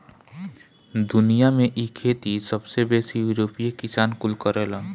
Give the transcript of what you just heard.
दुनिया में इ खेती सबसे बेसी यूरोपीय किसान कुल करेलन